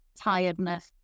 tiredness